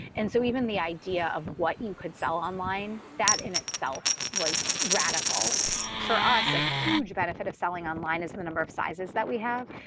and so even the idea of what you could sell online. that in itself was radical for us. a huge benefit of selling online is the number of sizes that we have.